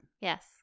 yes